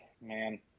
man